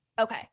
okay